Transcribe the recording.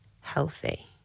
healthy